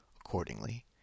Accordingly